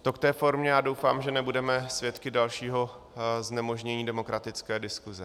To k té formě a doufám, že nebudeme svědky dalšího znemožnění demokratické diskuze.